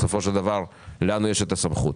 בסופו של דבר לנו יש את הסמכות.